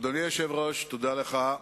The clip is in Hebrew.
אדוני היושב-ראש, תודה לך.